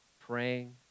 praying